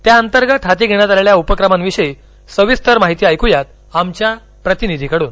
त्या अंतर्गत हाती घेण्यात आलेल्या उपक्रमांविषयी सविस्तर माहिती ऐक्या आमच्या प्रतिनिधीकडून